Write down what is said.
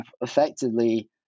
effectively